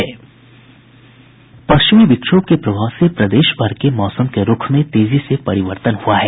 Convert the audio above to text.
पश्चिमी विक्षोभ के प्रभाव से प्रदेशभर के मौसम के रूख में तेजी से परिवर्तन हुआ है